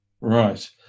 Right